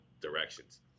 directions